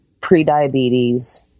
pre-diabetes